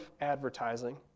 advertising